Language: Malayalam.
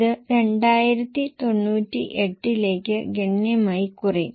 ഇത് 2098 ലേക്ക് ഗണ്യമായി കുറയും